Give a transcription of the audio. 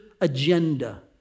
agenda